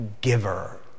giver